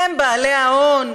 הם בעלי ההון.